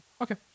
okay